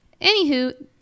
Anywho